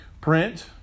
print